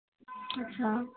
আচ্ছা